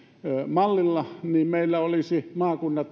mallilla niin meillä olisi maakunnat